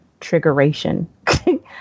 triggeration